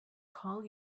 call